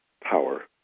power